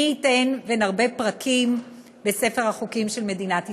מי ייתן ונרבה פרקים בספר החוקים של מדינת ישראל.